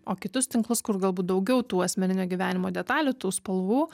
o kitus tinklus kur galbūt daugiau tų asmeninio gyvenimo detalių tų spalvų